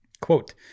Quote